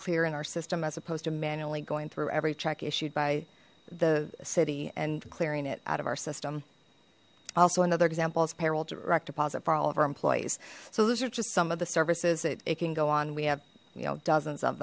clear in our system as opposed to manually going through every check issued by the city and clearing it out of our system also another example is payroll direct deposit for all of our employees so those are just some of the services it can go on we have you know dozens of